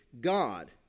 God